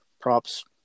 props